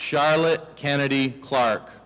charlotte kennedy clark